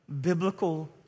biblical